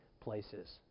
places